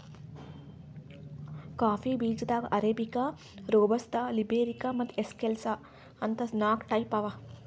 coffee ಬೀಜಾದಾಗ್ arabica, robusta, liberica ಮತ್ತ್ excelsa ಅಂತ್ ನಾಕ್ ಟೈಪ್ ಅವಾ